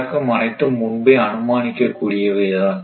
நடக்கும் அனைத்தும் முன்பே அனுமானிக்க கூடியவைதான்